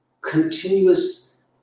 continuous